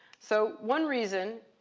so one reason